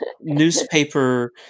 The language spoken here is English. newspaper